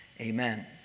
Amen